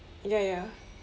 ya ya